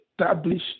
establish